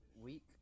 week